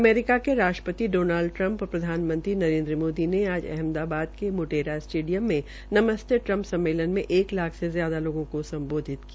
America के राष्ट्रपति Donald Trump और प्रधानमंत्री नरेन्द्र मोदी ने आज अहमदाबाद के मुप्रेरा स्पेडियम में नमस्ते ट्रम्प सम्मेलन में एक लाख से ज्यादा लोगों को समबोधित किया